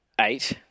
eight